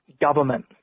government